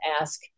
ask